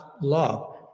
love